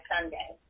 Sunday